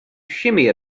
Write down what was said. shimmy